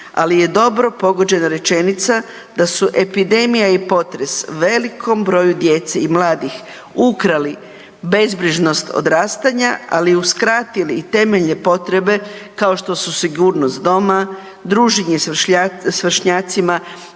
ali je dobro pogođena rečenica da su epidemija i potres velikom broju djece i mladih ukrali bezbrižnost odrastanja, ali i uskratili temeljne potrebe kao što su sigurnost doma, druženje s vršnjacima,